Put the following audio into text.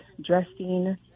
dressing